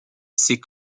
ces